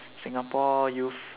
Singapore youth